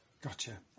Gotcha